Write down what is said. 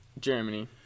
Germany